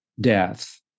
death